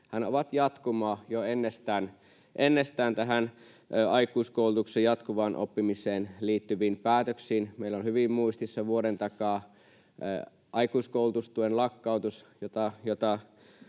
ovat jatkumoa jo ennestään tähän aikuiskoulutuksen jatkuvaan oppimiseen liittyviin päätöksiin. Meillä on hyvin muistissa vuoden takaa aikuiskoulutustuen lakkautus, jota